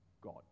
God